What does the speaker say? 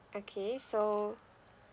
okay so